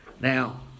Now